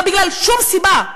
לא בגלל שום סיבה.